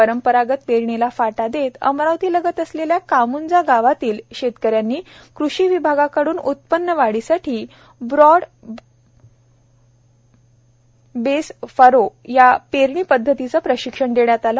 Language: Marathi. परंपरागत पेरणीला फाटा देत अमरावती लगत असलेल्या कामुंजा गावातील शेतकऱ्यांना कृषी विभागाकडून उत्पन्नवाढीसाठी ब्रॉड बेस फरो पेरणी पद्धतीचे प्रशिक्षण देण्यात आले